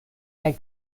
kaj